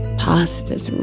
pastas